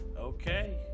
Okay